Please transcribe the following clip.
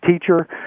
teacher